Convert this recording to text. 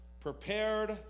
prepared